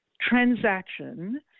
transaction